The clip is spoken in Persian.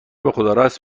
بخداراست